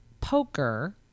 poker